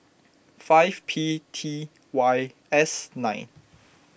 five P T Y S nine